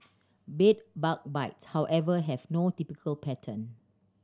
bed bug bites however have no typical pattern